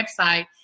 website